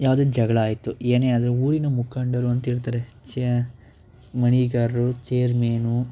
ಯಾವುದೋ ಜಗಳ ಆಯಿತು ಏನೇ ಆದರೂ ಊರಿನ ಮುಖಂಡರು ಅಂತಿರ್ತಾರೆ ಚೇ ಮಣಿಗಾರು ಚೇರ್ಮ್ಯಾನು